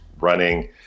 running